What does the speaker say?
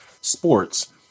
sports